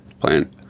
plan